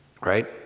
right